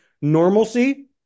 normalcy